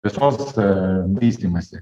visos vystymąsi